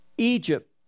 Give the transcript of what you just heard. Egypt